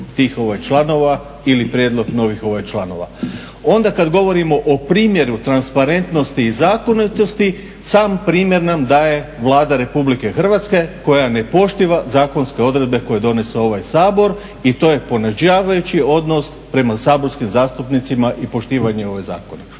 tih članova ili prijedlog novih članova. Onda kada govorimo o primjeru transparentnosti i zakonitosti sam primjer nam daje Vlada Republike Hrvatske koja ne poštiva zakonske odredbe koje je donesao ovaj Sabor. I to je ponižavajući odnos prema saborskim zastupnicima i poštivanje zakona.